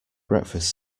breakfast